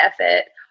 effort